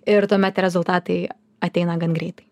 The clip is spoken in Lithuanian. ir tuomet rezultatai ateina gan greitai